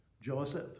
Joseph